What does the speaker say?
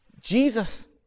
Jesus